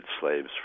slaves